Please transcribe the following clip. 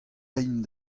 aimp